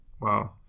wow